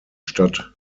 statt